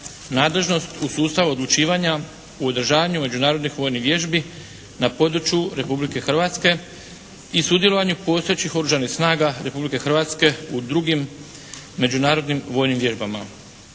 nadležnost u sustavu odlučivanja u održavanju međunarodnih vojnih vježbi na području Republike Hrvatske i sudjelovanju postojećih oružanih snaga Republike Hrvatske u drugim međunarodnim vojnim vježbama.